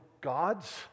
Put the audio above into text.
gods